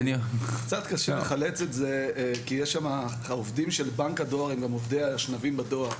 קצת קשה לחלץ את זה כי העובדים של בנק הדואר הם גם עובדי האשנבים בדואר.